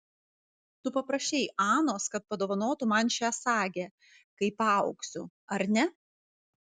tu paprašei anos kad padovanotų man šią sagę kai paaugsiu ar ne